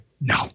No